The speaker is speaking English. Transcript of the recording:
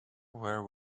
where